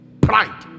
pride